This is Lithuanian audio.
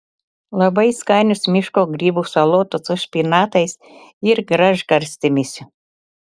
labai skanios miško grybų salotos su špinatais ir gražgarstėmis